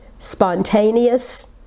Spontaneous